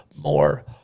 more